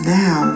now